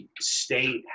state